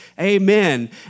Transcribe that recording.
Amen